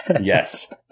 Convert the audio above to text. Yes